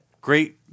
Great